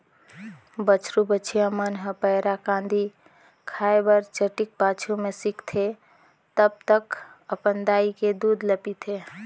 बछरु बछिया मन ह पैरा, कांदी खाए बर चटिक पाछू में सीखथे तब तक अपन दाई के दूद ल पीथे